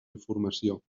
informació